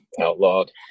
outlawed